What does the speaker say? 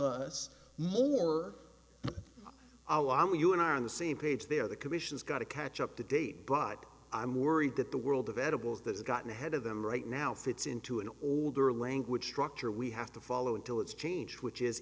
us more on what you and i are on the same page there the commission's got to catch up to date but i'm worried that the world of edibles that has gotten ahead of them right now fits into an older language structure we have to follow until it's changed which is